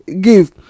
give